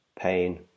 pain